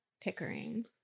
Pickering